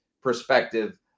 perspective